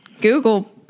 Google